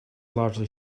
largely